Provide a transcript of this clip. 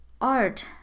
art